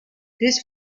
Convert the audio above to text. this